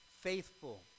faithful